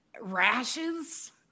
Rashes